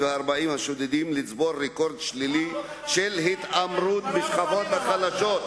ו-40 השודדים לצבור רקורד שלילי של התעמרות בשכבות החלשות,